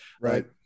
right